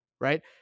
Right